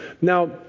Now